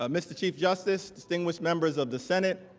ah mr. chief justice, distinguished members of the senate,